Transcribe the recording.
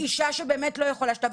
אישה שבאמת לא יכולה, שתבוא.